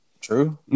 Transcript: True